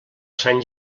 sant